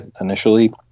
initially